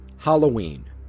Halloween